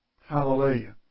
Hallelujah